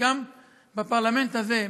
שגם בפרלמנט הזה,